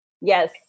Yes